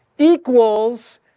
equals